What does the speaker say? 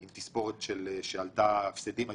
עם תספורת שעלתה בהפסדים,